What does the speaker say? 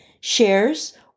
shares